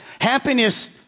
Happiness